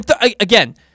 Again